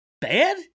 bad